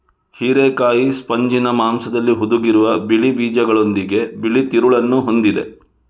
ಹಿರೇಕಾಯಿ ಸ್ಪಂಜಿನ ಮಾಂಸದಲ್ಲಿ ಹುದುಗಿರುವ ಬಿಳಿ ಬೀಜಗಳೊಂದಿಗೆ ಬಿಳಿ ತಿರುಳನ್ನ ಹೊಂದಿದೆ